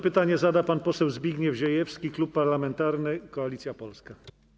Pytanie zada pan poseł Zbigniew Ziejewski, Klub Parlamentarny Koalicja Polska.